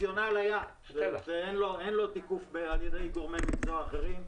הרציונל היה שאין לו תיקוף על ידי גורמי מקצוע אחרים,